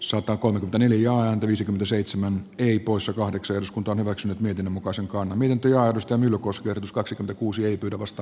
sotaa kolme neljä a viisikymmentäseitsemän ei poissa kahdeksan eduskunta on hyväksynyt miten muka se on minun työ josta myllykosken kaksikymmentäkuusi ei pidä vasta